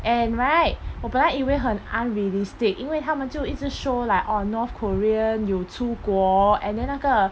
and right 我本来以为很 unrealistic 因为他们就一直 show like orh north korea 有出国 and then 那个